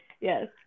yes